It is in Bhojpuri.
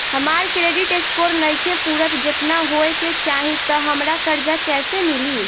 हमार क्रेडिट स्कोर नईखे पूरत जेतना होए के चाही त हमरा कर्जा कैसे मिली?